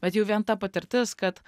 bet jau vien ta patirtis kad